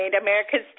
America's